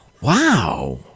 wow